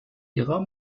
ihrer